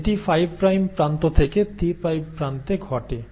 এটি 5 প্রাইম প্রান্ত থেকে 3 প্রাইম প্রান্তে ঘটে